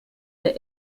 der